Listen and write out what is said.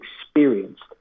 experienced